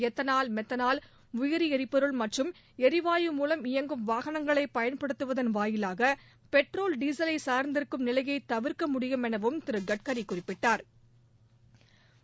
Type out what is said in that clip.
ethanol மெத்தனால் உயிரி ளிபொருள் மற்றும் ளிவாயு மூலம் இயங்கும் வாகனங்களை பயன்படுத்துவதன் வாயிலாக பெட்ரோல் டீசலை சார்ந்திருக்கும் நிலையை தவிர்க்க முடியும் எனவும் திரு கட்கரி குறிப்பிட்டாா்